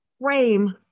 Frame